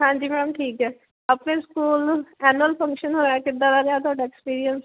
ਹਾਂਜੀ ਮੈਮ ਠੀਕ ਹੈ ਆਪਣੇ ਸਕੂਲ ਐਨੁਅਲ ਫੰਕਸ਼ਨ ਹੋਇਆ ਕਿੱਦਾਂ ਦਾ ਰਿਹਾ ਤੁਹਾਡਾ ਐਕਸਪੀਰੀਅੰਸ